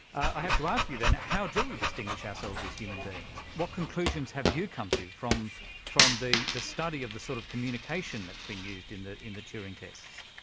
i have to ask you then, how do we distinguish ourselves as human beings? what conclusions have you come to from from the the study of the sort of communication that's been used in the in the turing tests?